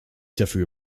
dafür